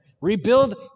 rebuild